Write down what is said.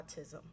autism